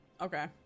Okay